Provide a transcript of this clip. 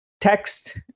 text